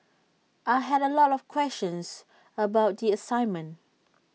I had A lot of questions about the assignment